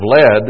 led